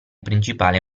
principale